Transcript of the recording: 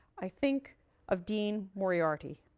i think of dean moriarty.